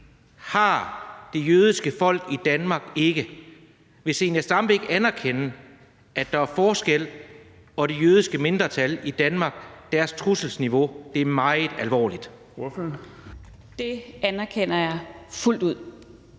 har det jødiske folk i Danmark ikke. Vil fru Zenia Stampe ikke anerkende, at der er forskel for det jødiske mindretal i Danmark, og at trusselsniveauet for dem er meget alvorligt? Kl. 11:33 Den fg.